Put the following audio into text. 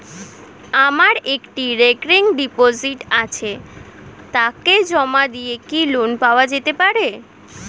আমার একটি recurring deposit আছে তাকে জমা দিয়ে কি লোন পাওয়া যেতে পারে?